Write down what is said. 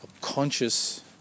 conscious